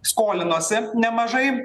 skolinosi nemažai